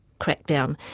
crackdown